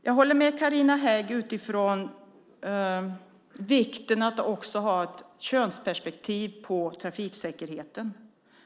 Jag håller med Carina Hägg om vikten av att också ha ett könsperspektiv på trafiksäkerheten.